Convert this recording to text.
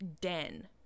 Den